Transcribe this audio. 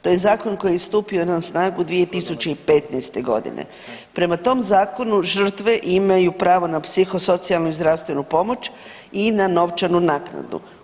To je zakon koji je stupio na snagu 2015.g. prema tom zakonu žrtve imaju pravo na psihosocijalnu i zdravstvenu pomoć i na novčanu naknadu.